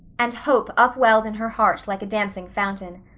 and hope upwelled in her heart like a dancing fountain.